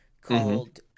called